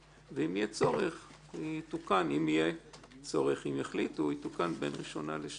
ואם יהיה צורך, יתוקן בין ראשונה לשנייה ושלישית.